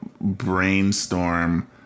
brainstorm